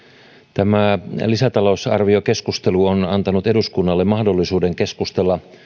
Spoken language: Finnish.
tämä lisätalousarviokeskustelu on antanut eduskunnalle mahdollisuuden keskustella